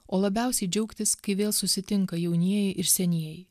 o labiausiai džiaugtis kai vėl susitinka jaunieji ir senieji